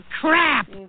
crap